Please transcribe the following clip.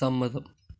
സമ്മതം